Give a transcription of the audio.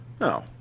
No